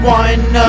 one